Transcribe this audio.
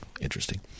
Interesting